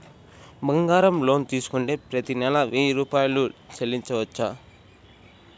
బంగారం లోన్ తీసుకుంటే ప్రతి నెల వెయ్యి రూపాయలు చెల్లించవచ్చా?